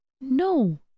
No